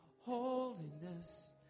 Holiness